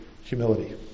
humility